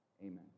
Amen